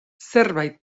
zerbait